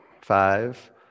Five